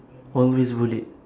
always bullied